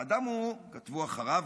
האדם הוא, כתבו גם אחריו,